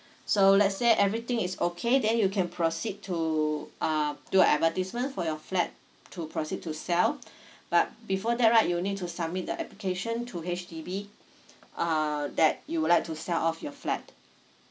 so let's say everything is okay then you can proceed to um do advertisement for your flat to proceed to sell but before that right you need to submit the application to H_D_B err that you would like to sell off your flat